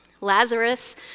Lazarus